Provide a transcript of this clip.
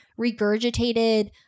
regurgitated